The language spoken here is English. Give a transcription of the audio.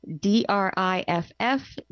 D-R-I-F-F